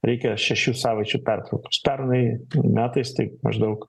reikia šešių savaičių pertraukos pernai metais taip maždaug